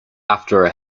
after